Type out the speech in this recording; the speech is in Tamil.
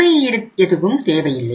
துணை ஈடு எதுவும் தேவை இல்லை